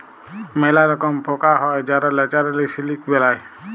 ম্যালা রকম পকা হ্যয় যারা ল্যাচারেলি সিলিক বেলায়